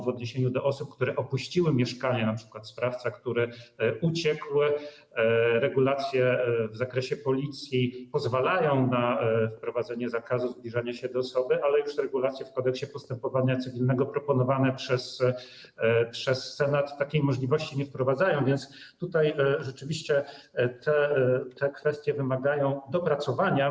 W odniesieniu do osób, które opuściły mieszkania, np. sprawcy, który uciekł, regulacje w zakresie działań Policji pozwalają na wprowadzenie zakazu zbliżania się do osoby, ale już regulacje w Kodeksie postępowania cywilnego proponowane przez Senat takiej możliwości nie wprowadzają, więc tutaj rzeczywiście te kwestie wymagają dopracowania.